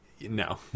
No